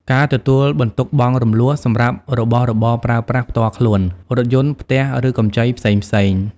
ការទទួលបន្ទុកបង់រំលស់សម្រាប់របស់របរប្រើប្រាស់ផ្ទាល់ខ្លួន រថយន្ត ផ្ទះ ឬកម្ចីផ្សេងៗ។